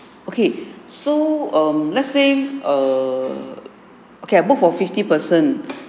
okay so um let's say err okay I book for fifty person